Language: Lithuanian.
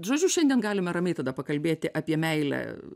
žodžiu šiandien galime ramiai tada pakalbėti apie meilę